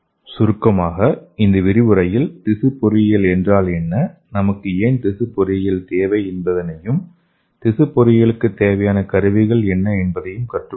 சுருக்கமாக இந்த விரிவுரையில் திசு பொறியியல் என்றால் என்ன நமக்கு ஏன் திசு பொறியியல் தேவை என்பதையும் திசு பொறியியலுக்குத் தேவையான கருவிகள் என்ன என்பதையும் கற்றுக் கொண்டோம்